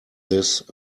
this